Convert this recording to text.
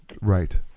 Right